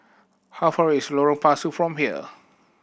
how far is Lorong Pasu from here